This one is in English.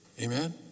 Amen